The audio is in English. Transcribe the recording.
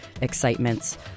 excitements